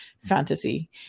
fantasy